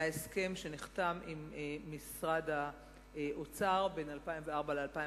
היה הסכם שנחתם עם משרד האוצר ל-2004 2008,